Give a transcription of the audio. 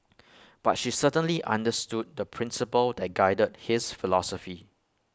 but she certainly understood the principle that guided his philosophy